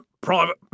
Private